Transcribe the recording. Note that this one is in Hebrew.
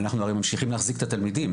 אנחנו הרי ממשיכים להחזיק את התלמידים,